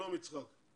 שלום, יצחק,